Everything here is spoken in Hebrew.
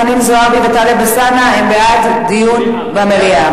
חנין זועבי וטלב אלסאנע הם בעד דיון במליאה.